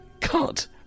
Cut